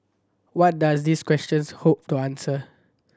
what does these questions hope to answer